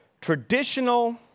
traditional